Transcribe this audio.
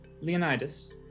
Leonidas